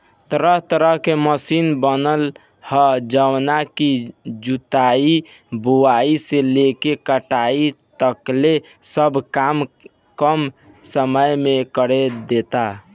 तरह तरह के मशीन बनल ह जवन की जुताई, बुआई से लेके कटाई तकले सब काम कम समय में करदेता